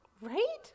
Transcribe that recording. right